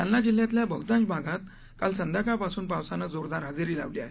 जालना जिल्ह्यातल्या बहुतांश भागात काल संध्याकाळपासून पावसानं जोरदार हजेरी लावली आहे